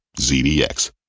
ZDX